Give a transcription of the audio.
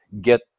get